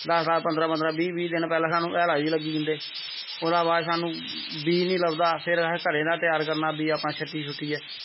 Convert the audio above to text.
दस दस पंदरां पंदरां बाह् बीह् दिन पैह्लैं स्हानू हैला गी लग्गी जंदे ओह्दै बाद स्हानू बीऽ नी लब्भदा फिर असें घरें दा त्यार करना बीऽ अपना छट्टी शुट्टियै